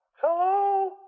Hello